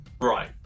Right